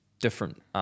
different